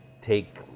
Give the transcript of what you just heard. take